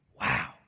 Wow